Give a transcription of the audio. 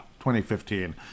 2015